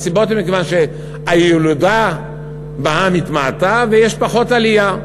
הסיבות הן שהילודה בעם התמעטה ויש פחות עלייה.